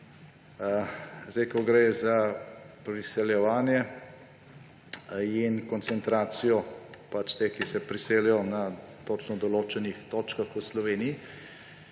manj. Ko gre za priseljevanje in koncentracijo teh, ki se priselijo, na točno določenih točkah v Sloveniji,